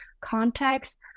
context